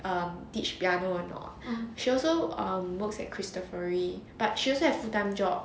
um teach piano a not she also um works at Cristofori but she also have full time job